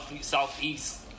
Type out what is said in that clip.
southeast